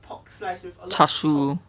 char siew